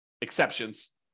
exceptions